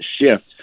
shift